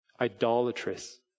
idolatrous